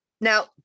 Now